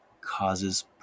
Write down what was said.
causes